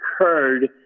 occurred